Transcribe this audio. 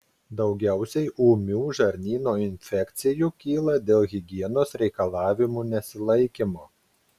daugiausiai ūmių žarnyno infekcijų kyla dėl higienos reikalavimų nesilaikymo